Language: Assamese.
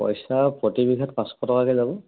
পইছা প্ৰতি বিঘাত পাঁচশ টকাকৈ যাব